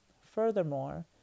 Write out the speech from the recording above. Furthermore